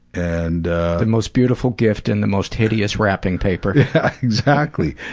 and the most beautiful gift in the most hideous wrapping paper. yeah, exactly!